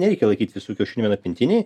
nereikia laikyt visų kiaušinių vienoj pintinėj